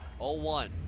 0-1